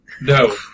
No